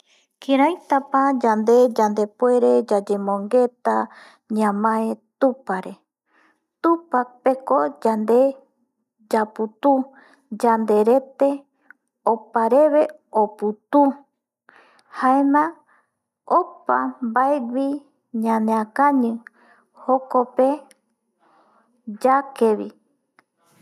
kiraitapa yande yandepuere yayaemongueta ñamae tupare tupa pe ko yande yaputu yanderete opareve oputu jaema opa vae güi yandeakañi jokope yake vi